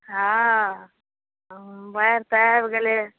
हॅं बाढ़ि तऽ आबि गेलै